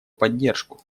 поддержку